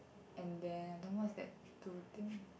and then I don't know what's that two thing